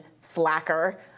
slacker